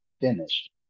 finished